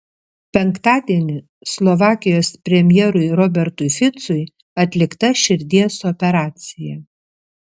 penktadienį slovakijos premjerui robertui ficui atlikta širdies operacija